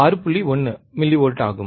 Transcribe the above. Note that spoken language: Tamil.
1 மில்லிவால்ட் ஆகும்